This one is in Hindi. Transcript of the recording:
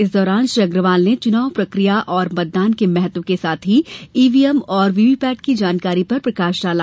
इस दौरान श्री अग्रवाल ने चुनाव प्रकिया और मतदान के महत्व साथ ही ईवीएम और वीवीपैट की जानकारी पर प्रकाश डाला